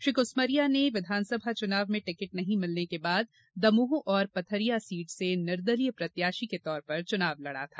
श्री कुसमरिया ने विधानसभा चुनाव में टिकट नहीं मिलने के बाद दमोह और पथरिया सीट से निर्दलीय प्रत्याशी के तौर पर चुनाव लड़ा था